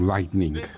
Lightning